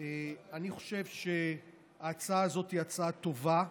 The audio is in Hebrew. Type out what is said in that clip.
אני חושב שההצעה הזו היא הצעה טובה.